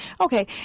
Okay